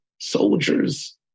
soldiers